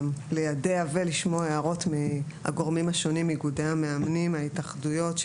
גם ליידע ולשמוע הערות מהגורמים השונים; מאיגודי המאמנים וההתאחדויות.